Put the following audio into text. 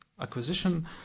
acquisition